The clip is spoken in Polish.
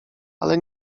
ale